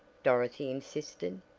dorothy insisted.